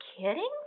kidding